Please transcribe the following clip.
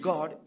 God